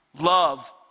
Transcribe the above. Love